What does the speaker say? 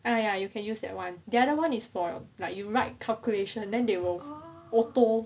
!aiya! you can use that one the other one is for like you write calculation then they will auto